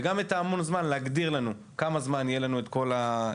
וגם את ההמון זמן להגדיר לנו: תוך כמה זמן יהיו לנו את כל התשובות.